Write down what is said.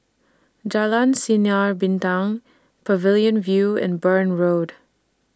Jalan Sinar Bintang Pavilion View and Burn Road